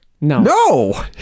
No